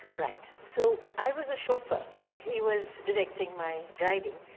right, so i was a chauffeur and he was directing my driving,